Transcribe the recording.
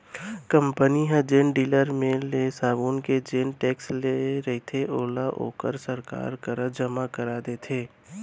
company ह जेन dealer मेर ले साबून के जेन टेक्स ले रहिथे ओला ओहा सरकार करा जमा करा देथे